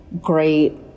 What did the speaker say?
great